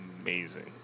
amazing